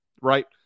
right